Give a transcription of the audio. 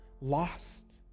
lost